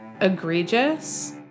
egregious